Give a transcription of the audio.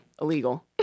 illegal